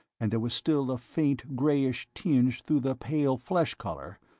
and there was still a faint grayish tinge through the pale flesh color,